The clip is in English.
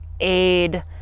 aid